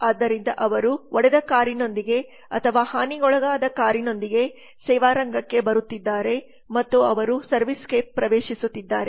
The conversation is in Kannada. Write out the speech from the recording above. ಆದ್ದರಿಂದ ಅವರು ಒಡೆದ ಕಾರಿನೊಂದಿಗೆ ಅಥವಾ ಹಾನಿಗೊಳಗಾದ ಕಾರಿನೊಂದಿಗೆ ಸೇವಾ ರಂಗಕ್ಕೆ ಬರುತ್ತಿದ್ದಾರೆ ಮತ್ತು ಅವರು ಸರ್ವಿಸ್ಕೇಪ್ಗೆ ಪ್ರವೇಶಿಸುತ್ತಿದ್ದಾರೆ